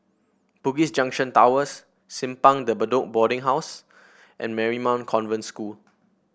Bugis Junction Towers Simpang De Bedok Boarding House and Marymount Convent School